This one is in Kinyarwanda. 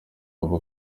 aba